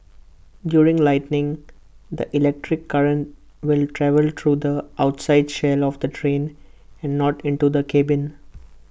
during lightning the electric current will travel through the outside shell of the train and not into the cabin